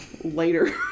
later